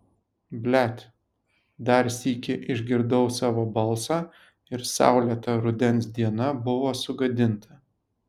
blet dar sykį išgirdau savo balsą ir saulėta rudens diena buvo sugadinta